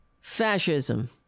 Fascism